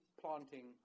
planting